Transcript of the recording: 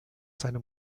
seine